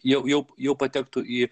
jau jau jau patektų į